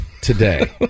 today